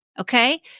Okay